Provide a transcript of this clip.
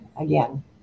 again